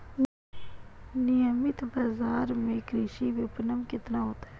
नियमित बाज़ार में कृषि विपणन कितना होता है?